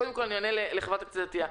קודם כול אענה לחברת הכנסת עטיה.